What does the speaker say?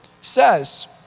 says